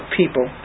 people